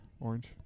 Orange